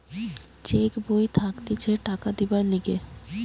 check বই থাকতিছে টাকা দিবার লিগে